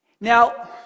Now